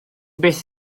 byth